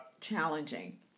challenging